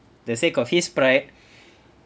the sake of his pride